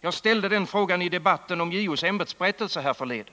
Jag ställde den frågan i debatten om JO:s ämbetsberättelse härförleden.